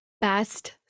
best